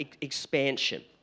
expansion